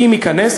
אם ייכנס,